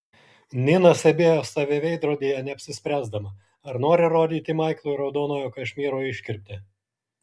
nina stebėjo save veidrodyje neapsispręsdama ar nori rodyti maiklui raudonojo kašmyro iškirptę